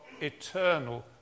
eternal